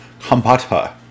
Kambata